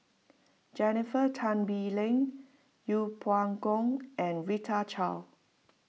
Jennifer Tan Bee Leng Yeng Pway Ngon and Rita Chao